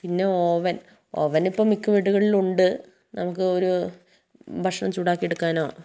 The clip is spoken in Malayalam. പിന്നെ ഓവൻ ഓവനിപ്പം മിക്ക വീടുകളിലുമുണ്ട് നമുക്ക് ഒരു ഭക്ഷണം ചൂടാക്കിയെടുക്കാനോ